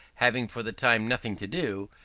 having for the time nothing to do,